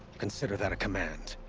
consider that a command.